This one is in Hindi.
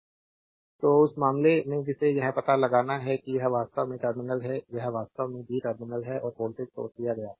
स्लाइड समय देखें 211a तो उस मामले में जिसे यह पता लगाना है कि यह वास्तव में एक टर्मिनल है यह वास्तव में बी टर्मिनल है और वोल्टेज सोर्स दिया जाता है